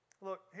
Look